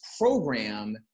program